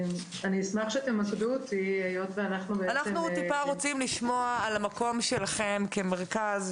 אשמח שתמקדו אותי היות ואנחנו אנחנו רוצים לשמוע על המקום שלכם במרכז,